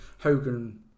Hogan